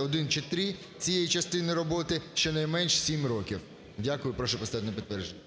1 чи 3 цієї частини роботи щонайменш 7 років. Дякую. Прошу поставити на підтвердження.